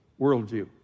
worldview